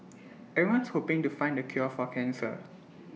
everyone's hoping to find the cure for cancer